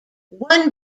one